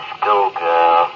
schoolgirl